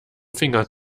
finger